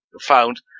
found